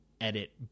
edit